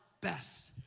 best